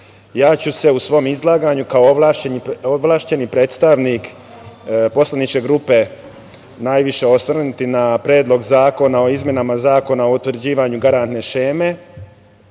ću se u svom izlaganju, kao ovlašćeni predstavnik poslaničke grupe, najviše osvrnuti na Predlog zakona o izmenama Zakona o utvrđivanju garantne šeme